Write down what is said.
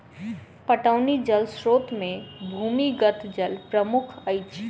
पटौनी जल स्रोत मे भूमिगत जल प्रमुख अछि